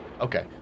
Okay